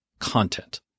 content